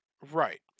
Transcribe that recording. Right